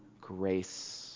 grace